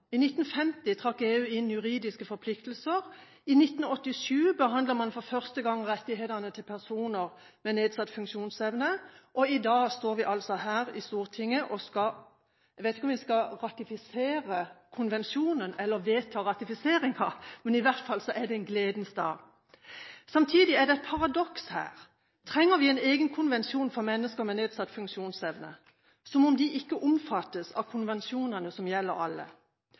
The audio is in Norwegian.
I 1950 trakk EU inn juridiske forpliktelser, i 1987 behandlet man for første gang rettighetene til personer med nedsatt funksjonsevne, og i dag står vi altså her i Stortinget – jeg vet ikke om vi skal ratifisere konvensjonen eller vedta ratifiseringen, men i hvert fall er det en gledens dag. Samtidig er det et paradoks her. Trenger vi en egen konvensjon for mennesker med nedsatt funksjonsevne – som om de ikke omfattes av konvensjonene som gjelder alle?